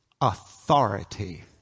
authority